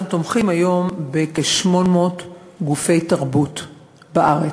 אנחנו תומכים היום בכ-800 גופי תרבות בארץ.